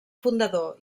fundador